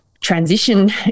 transition